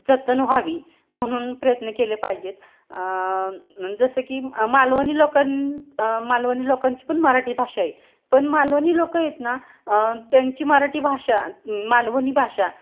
जतन व्हावी म्हणून प्रयत्न केले पाहिजेत जसं की मालवणी लोकां मालवणी लोकांची पण मराठी भाषा आहे पण मालवणी लोक आहेत ना त्यांची मराठी भाषा मालवणी भाषा